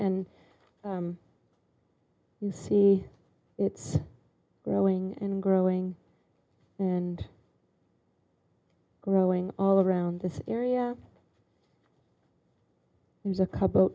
and you see it's growing and growing and growing all around this area there's a couple